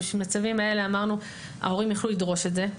במצבים האלה אמרנו שההורים יוכלו לדרוש את זה.